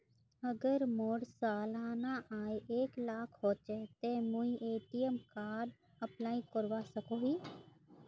अगर मोर सालाना आय एक लाख होचे ते मुई ए.टी.एम कार्ड अप्लाई करवा सकोहो ही?